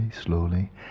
slowly